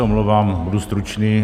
Omlouvám se, budu stručný.